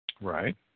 Right